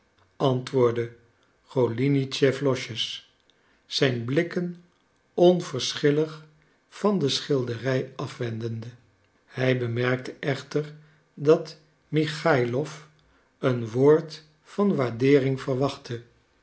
antwoordde golinitschef losjes zijn blikken onverschillig van de schilderij afwendende hij bemerkte echter dat michaïlof een woord van waardeering verwachtte